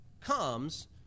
comes